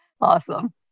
Awesome